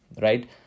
right